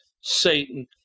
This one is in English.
Satan